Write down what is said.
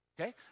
Okay